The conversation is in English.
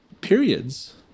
periods